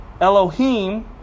Elohim